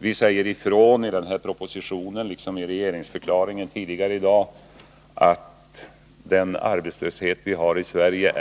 Vi säger ifrån i den här propositionen, liksom i regeringsförklaringen tidigare i dag, att den arbetslöshet vi har i Sverige